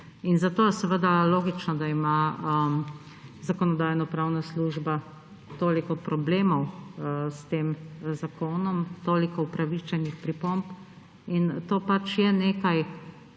In zato je seveda logično, da ima Zakonodajno-pravna služba toliko problemov s tem zakonom, toliko upravičenih pripomb. In to pač je nekaj,